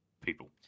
people